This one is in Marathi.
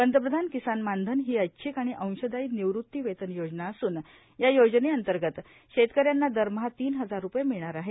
पंतप्रधान किसान मानधन ही ऐच्छिक आणि अंषदायी निवृत्ती वेतन योजना असून या योजनेअंतर्गत षेतक यांना दरमहा तीन हजार रूपये मिळणार आहेत